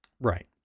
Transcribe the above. Right